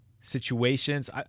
situations